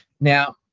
Now